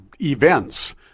events